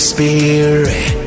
Spirit